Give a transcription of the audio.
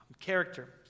character